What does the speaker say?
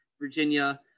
Virginia